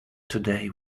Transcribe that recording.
today